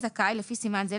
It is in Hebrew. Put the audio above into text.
לפי סימן זה,